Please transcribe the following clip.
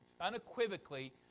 unequivocally